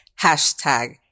hashtag